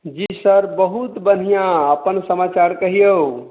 जी sir बहुत बढिऑं अपन समाचार कहियौ